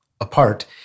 apart